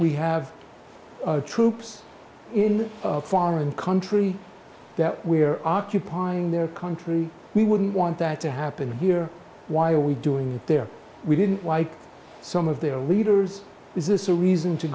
we have troops in the foreign country that we are occupying their country we wouldn't want that to happen here why are we doing there we didn't like some of their leaders is this a reason to